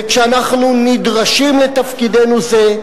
וכשאנחנו נדרשים לתפקידנו זה,